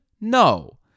No